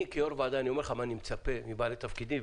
כיו"ר ועדה אני אומר לך למה אני מצפה מבעלי תפקידים,